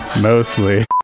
Mostly